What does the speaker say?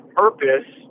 purpose